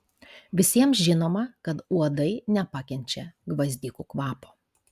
visiems žinoma kad uodai nepakenčia gvazdikų kvapo